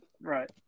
Right